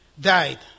died